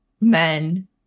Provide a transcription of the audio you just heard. men